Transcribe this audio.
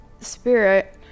spirit